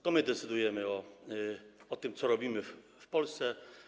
To my decydujemy o tym, co robimy w Polsce.